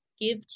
give